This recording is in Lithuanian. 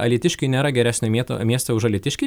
alytiškiai nėra geresnio mieto miesto miesto už alytiškį